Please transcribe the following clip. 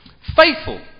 faithful